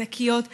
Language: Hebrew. ענקיות,